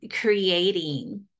creating